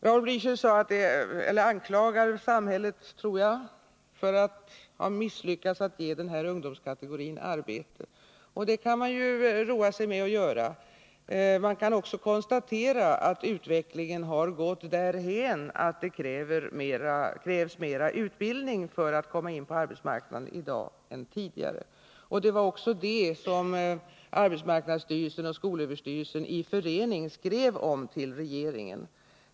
Jag uppfattar det så att Raul Blächer anklagar samhället för att ha misslyckats med att ge den aktuella ungdomskategorin arbete. Det kan man roa sig med att göra. Man kan också konstatera att utvecklingen har gått Nr 37 därhän att det i dag krävs mera av utbildning för att komma in på arbetsmarknaden än tidigare. Det var också det som arbetsmarknadsstyrelsen och skolöverstyrelsen tillsammans skrev till regeringen om.